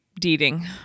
deeding